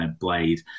blade